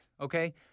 Okay